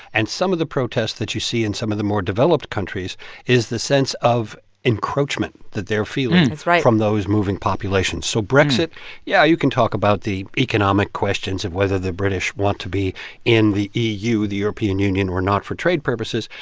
and some of the protests that you see in some of the more developed countries is the sense of encroachment that they're feeling. that's right. from those moving populations. so brexit yeah, you can talk about the economic questions of whether the british want to be in the eu, the european union, or not for trade purposes.